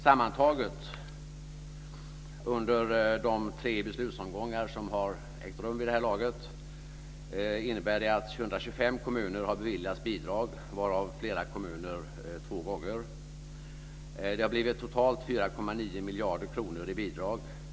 Sammantaget under de tre beslutsomgångar som har ägt rum vid det här laget innebär det att 125 kommuner har beviljats bidrag, varav flera kommuner två gånger. Det har blivit totalt 4,9 miljarder kronor i bidrag.